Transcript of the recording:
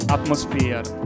Atmosphere